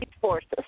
forces